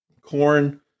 Corn